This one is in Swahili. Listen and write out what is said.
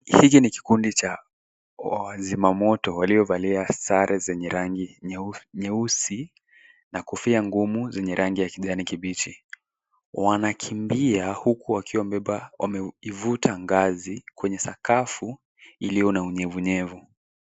Hiki ni kikundi cha wazima moto waliovalia sare za rangi nyeusi na kofia ngumu zenye rangi ya kijani kibichi. Wanakimbia huku wameivuta ngazi kwenye sakafu iliyo na unyevunyevu.